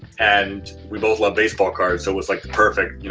and we both loved baseball cards. so it was like the perfect,